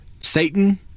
Satan